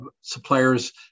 suppliers